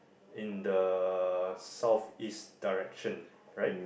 in the southeast direction right